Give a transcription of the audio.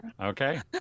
Okay